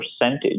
percentage